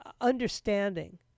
understanding